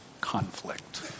conflict